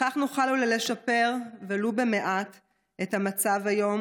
בכך נוכל לשפר ולו במעט את המצב היום